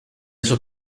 sus